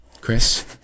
Chris